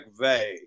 McVeigh